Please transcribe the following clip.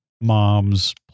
moms